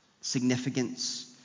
Significance